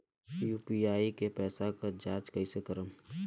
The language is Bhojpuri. यू.पी.आई के पैसा क जांच कइसे करब?